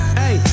hey